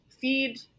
feed